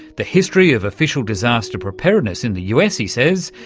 the history of official disaster preparedness in the us, he says,